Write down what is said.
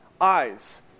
eyes